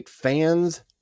fans